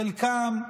חלקם,